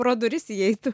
pro duris įeitų